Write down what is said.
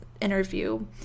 interview